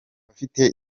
abafite